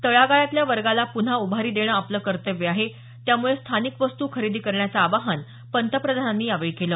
तळागाळातल्या वर्गाला पुन्हा उभारी देणं आपलं कर्तव्य आहे त्यामुळे स्थानिक वस्तू खरेदी करण्याचं आवाहन पंतप्रधानांनी यावेळी केलं